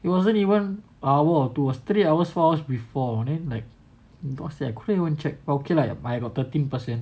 it wasn't even hour or two it was three hours four hours before then like தோசையா:thoosaiya couldn't even check but okay lah I got thirteen percent